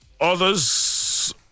others